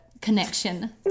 connection